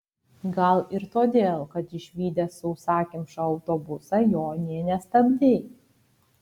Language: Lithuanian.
gal ir todėl kad išvydęs sausakimšą autobusą jo nė nestabdei